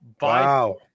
Wow